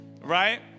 right